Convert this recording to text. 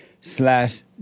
slash